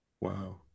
Wow